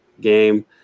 game